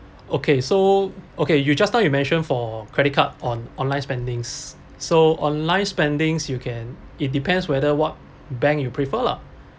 okay so okay you just now you mention for credit card on online spendings so online spendings you can it depends whether what bank you prefer lah